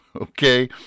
okay